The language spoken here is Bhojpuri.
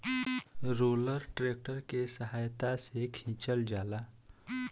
रोलर ट्रैक्टर के सहायता से खिचल जाला